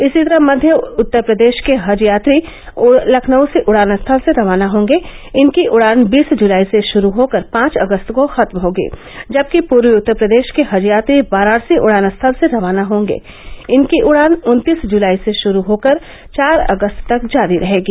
इसी तरह मध्य उत्तर प्रदेष के हज यात्री लखनऊ उड़ान स्थल से रवाना होंगे इनकी उड़ान बीस जुलाई से षुरू होकर पांच अगस्त को खत्म होगी जबकि पूर्वी उत्तर प्रदेष के हज यात्री वाराणसी उड़ान स्थल से रवाना होंगे इनकी उड़ान उन्तीस जुलाई से षुरू होकर चार अगस्त तक जारी रहेगी